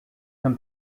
can